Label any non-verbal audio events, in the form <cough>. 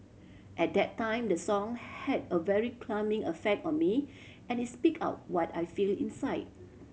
at that time the song had a very <unintelligible> effect on me and it speak out what I feel inside